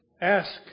Ask